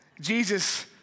Jesus